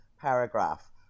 paragraph